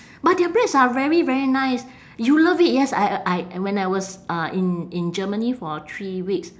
but their breads are very very nice you love it yes I I when I was uh in in germany for three weeks